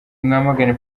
mwamagane